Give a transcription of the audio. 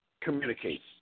communicates